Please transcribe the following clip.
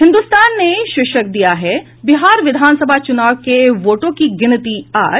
हिन्दुस्तान ने शीर्षक दिया है बिहार विधान सभा चुनाव के वोटों की गिनती आज